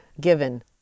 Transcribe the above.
given